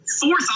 fourth